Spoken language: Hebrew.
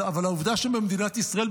אבל העובדה היא שבמדינת ישראל,